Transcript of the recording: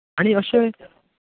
आनी अशें